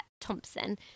Thompson